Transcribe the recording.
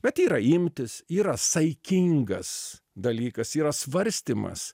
bet yra imtys yra saikingas dalykas yra svarstymas